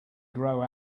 grow